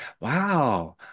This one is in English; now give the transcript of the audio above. wow